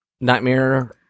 Nightmare